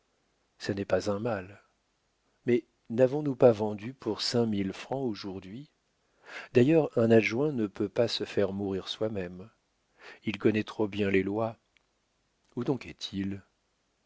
ça n'est pas un mal mais n'avons-nous pas vendu pour cinq mille francs aujourd'hui d'ailleurs un adjoint ne peut pas se faire mourir soi-même il connaît trop bien les lois où donc est-il